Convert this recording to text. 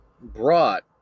brought